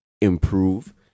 improve